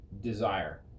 desire